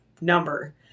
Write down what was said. number